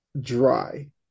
dry